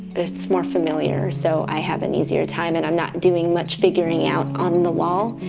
it's more familiar, so i have an easier time and i'm not doing much figuring out on the wall.